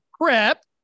prep